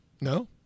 no